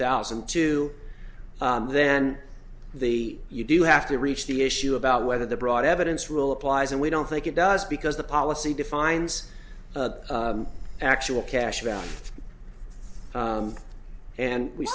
thousand and two then the you do have to reach the issue about whether the broad evidence rule applies and we don't think it does because the policy defines the actual cash value and we